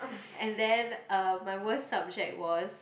and then uh my worst subject was